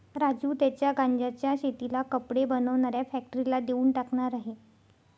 राजू त्याच्या गांज्याच्या शेतीला कपडे बनवणाऱ्या फॅक्टरीला देऊन टाकणार आहे